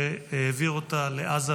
והוא העביר אותה לעזה,